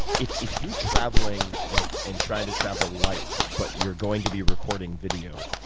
if if you're traveling and and trying to travel light, but you're going to be recording video,